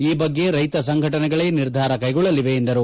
ಆ ಬಗ್ಗೆ ರೈತ ಸಂಘಟನೆಗಳೇ ನಿರ್ಧಾರ ಕೈಗೊಳ್ಳಲಿದೆ ಎಂದರು